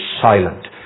silent